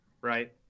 right